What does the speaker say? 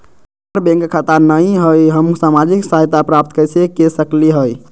हमार बैंक खाता नई हई, हम सामाजिक सहायता प्राप्त कैसे के सकली हई?